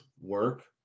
work